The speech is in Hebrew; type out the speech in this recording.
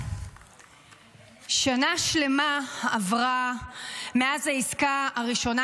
שנה שלמה עברה מאז העסקה הראשונה,